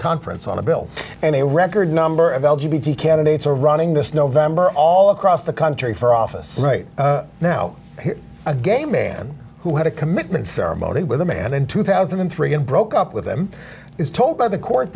conference on a bill and a record number of l g b candidates are running this november all across the country for office right now a gay man who had a commitment ceremony with a man in two thousand and three and broke up with him is told by the court